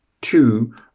two